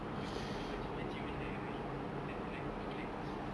oh my god you know mak cik mak cik always like raya later they like to flex